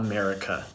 America